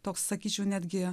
toks sakyčiau neatgijo